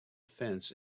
fence